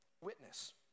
witness